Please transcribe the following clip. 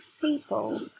people